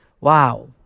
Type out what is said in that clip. Wow